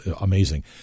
amazing